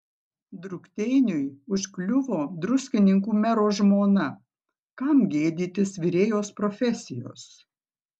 drukteiniui užkliuvo druskininkų mero žmona kam gėdytis virėjos profesijos